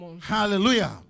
Hallelujah